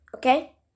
Okay